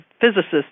physicists